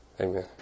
Amen